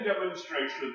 demonstration